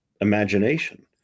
imagination